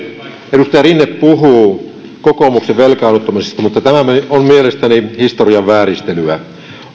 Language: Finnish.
edustaja rinne puhuu kokoomuksen velkaannuttamisesta mutta tämä on mielestäni historian vääristelyä